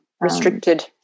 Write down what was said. restricted